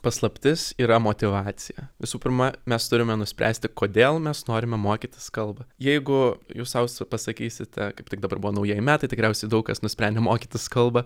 paslaptis yra motyvacija visų pirma mes turime nuspręsti kodėl mes norime mokytis kalbą jeigu jūs saus pasakysite kaip tik dabar buvo naujieji metai tikriausiai daug kas nusprendė mokytis kalbą